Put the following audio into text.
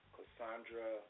Cassandra